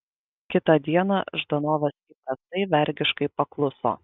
kitą dieną ždanovas įprastai vergiškai pakluso